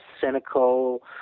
cynical